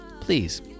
please